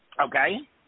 Okay